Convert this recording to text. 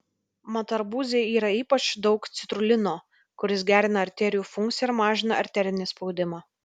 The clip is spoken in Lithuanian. mat arbūze yra ypač daug citrulino kuris gerina arterijų funkciją ir mažina arterinį spaudimą